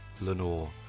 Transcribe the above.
Lenore